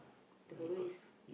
the problem is